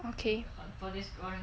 okay for for the scoring